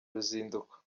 ruzinduko